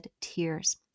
tears